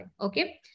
Okay